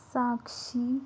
ಸಾಕ್ಷೀ